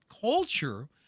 culture